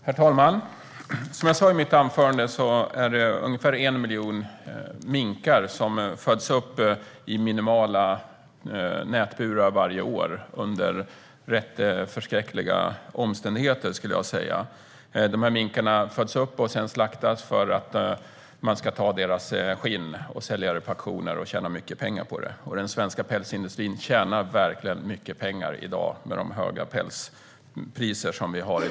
Herr talman! Som jag sa i mitt anförande är det ungefär 1 miljon minkar som föds upp i minimala nätburar varje år - under rätt förskräckliga omständigheter, skulle jag säga. De här minkarna föds upp och slaktas sedan för att man ska ta deras skinn, sälja det på auktioner och tjäna mycket pengar på det. Den svenska pälsindustrin tjänar verkligen mycket pengar i dag med de höga pälspriser vi har.